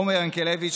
עומר ינקלביץ',